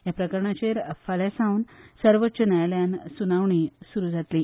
ह्या प्रकरणाचेर फाल्यां सावन सर्वोच्च न्यायालयांत सुनावणी सुरू जातली